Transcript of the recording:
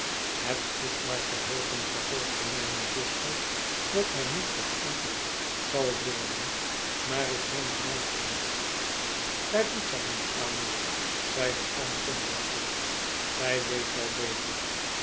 het is niaar te jiopen vervolgde mijne zuster dat hij niet vertroeteld zal worden maar ik ben er bang voor daar doet zij niet aan nicht zeide oom pumblechook zij weet wel beter